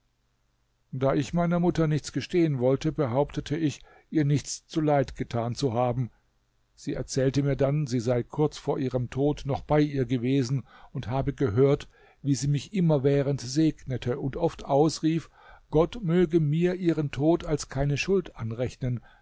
da ich meiner mutter nichts gestehen wollte behauptete ich ihr nichts zuleid getan zu haben sie erzählte mir dann sie sei kurz vor ihrem tod noch bei ihr gewesen und habe gehört wie sie mich immerwährend segnete und oft ausrief gott möge mir ihren tod als keine schuld anrechnen